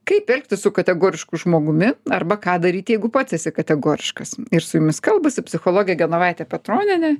kaip elgtis su kategorišku žmogumi arba ką daryt jeigu pats esi kategoriškas ir jumis kalbasi psichologė genovaitė petronienė